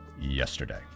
yesterday